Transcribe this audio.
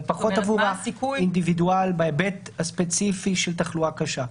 זה פחות עבור האינדיבידואל בהיבט הספציפי של תחלואה קשה.